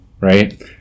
right